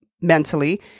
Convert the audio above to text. mentally